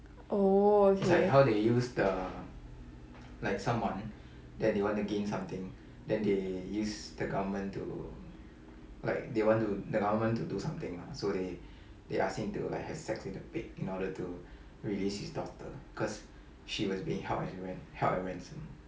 oh okay